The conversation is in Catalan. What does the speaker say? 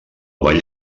vall